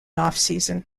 offseason